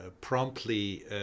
promptly